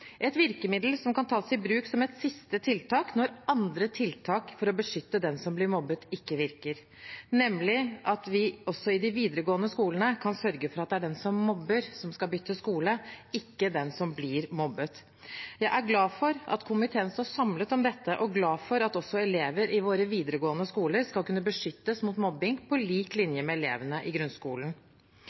et virkemiddel som kan tas i bruk som et siste tiltak når andre tiltak for å beskytte den som blir mobbet, ikke virker, nemlig at vi også i de videregående skolene kan sørge for at det er den som mobber, som skal bytte skole, ikke den som blir mobbet. Jeg er glad for at komiteen står samlet om dette, og glad for at også elever i våre videregående skoler skal kunne beskyttes mot mobbing, på lik linje med elevene i grunnskolen.